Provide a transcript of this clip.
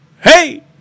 hey